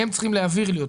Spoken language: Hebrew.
הם צריכים להעביר לי אותו.